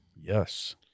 Yes